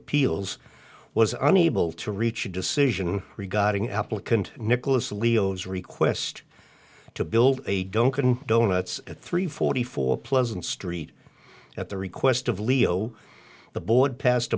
appeals was unable to reach a decision regarding applicant nicholas leo's request to build a don't couldn't donuts at three forty four pleasant street at the request of leo the board pas